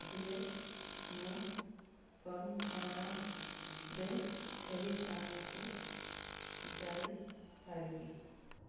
କହିଲେ ମୁଁ କମ୍ ସମୟରେ ସେହି ସ୍ଥାନକୁ ଯାଇପାରିବି